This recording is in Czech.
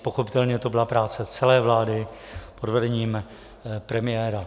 Pochopitelně to byla práce celé vlády pod vedením premiéra.